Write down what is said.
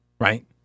right